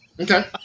Okay